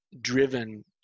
driven